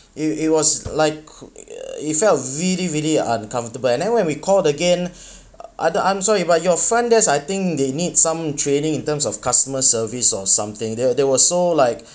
it it was like it felt really really uncomfortable and then when we called again I'm~ I'm sorry but your front desk I think they need some training in terms of customer training or something they were they were so like